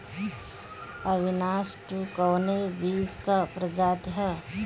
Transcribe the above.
अविनाश टू कवने बीज क प्रजाति ह?